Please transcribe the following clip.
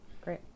Great